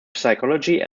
psychology